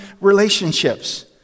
relationships